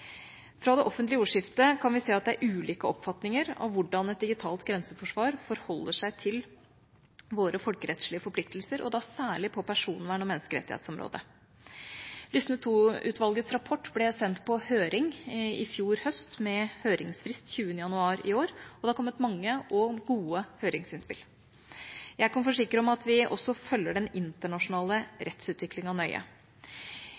Fra det offentlige ordskiftet kan vi se at det er ulike oppfatninger av hvordan et digitalt grenseforsvar forholder seg til våre folkerettslige forpliktelser, og da særlig på personvern- og menneskerettighetsområdet. Lysne II-utvalgets rapport ble sendt på høring i fjor høst, med høringsfrist 20. januar i år, og det har kommet mange og gode høringsinnspill. Jeg kan forsikre om at vi også følger den internasjonale